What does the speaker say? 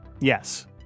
Yes